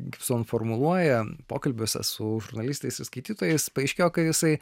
gipson formuluoja pokalbiuose su žurnalistais su skaitytojais paaiškėjo kad jisai